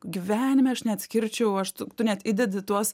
gyvenime aš neatskirčiau aš tu tu net įdedi tuos